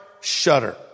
shudder